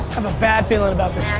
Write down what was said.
have a bad feeling about